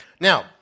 Now